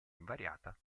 invariata